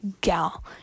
gal